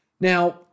Now